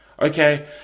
Okay